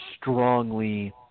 strongly